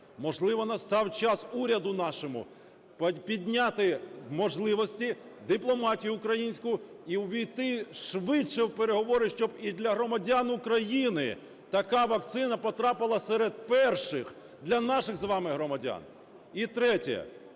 Можливо, настав час уряду нашому підняти можливості, дипломатію українську і увійти швидше в переговори. Щоб і для громадян України така вакцина потрапила серед перших, для наших з вами громадян. І третє.